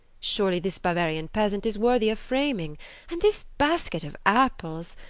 surely, this bavarian peasant is worthy of framing and this basket of apples!